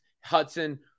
Hudson